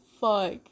fuck